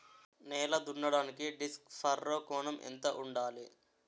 నేల దున్నడానికి disc furrow కోణం ఎంత ఉండాలి?